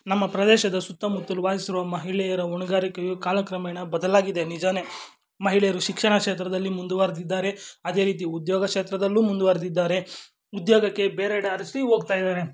ನಮ್ಮ ಪ್ರದೇಶದ ಸುತ್ತಮುತ್ತಲು ವಾಸಿಸಿರುವ ಮಹಿಳೆಯರ ಹೊಣಗಾರಿಕೆಯು ಕಾಲಕ್ರಮೇಣ ಬದಲಾಗಿದೆ ನಿಜಾನೇ ಮಹಿಳೆಯರು ಶಿಕ್ಷಣ ಕ್ಷೇತ್ರದಲ್ಲಿ ಮುಂದುವರೆದಿದ್ದಾರೆ ಅದೇ ರೀತಿ ಉದ್ಯೋಗ ಕ್ಷೇತ್ರದಲ್ಲೂ ಮುಂದುವರೆದಿದ್ದಾರೆ ಉದ್ಯೋಗಕ್ಕೆ ಬೇರೆಡೆ ಅರಸಿ ಹೋಗ್ತಾ ಇದ್ದಾರೆ